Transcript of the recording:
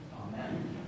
Amen